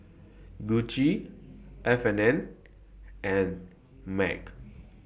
Gucci F and N and MAG